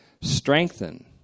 strengthen